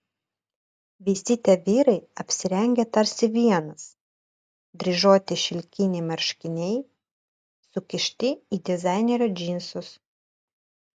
visi tie vyrai apsirengę tarsi vienas dryžuoti šilkiniai marškiniai sukišti į dizainerio džinsus